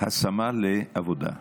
השמה לעבודה.